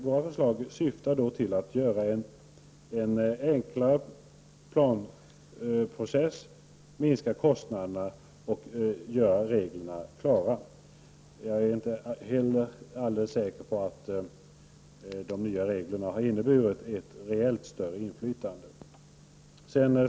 Vårt förslag syftar till att få en enklare planprocess, minska kostnaderna och göra reglerna klara. Jag är inte alldeles säker på att de regler som har införts har inneburit ett reellt större inflytande.